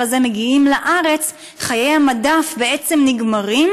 הזה מגיעים לארץ חיי המדף בעצם נגמרים,